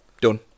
Done